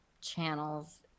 channels